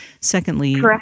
secondly